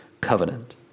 covenant